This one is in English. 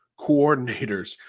coordinators